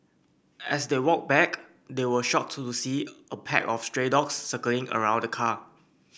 as they walked back they were shocked to see a pack of stray dogs circling around the car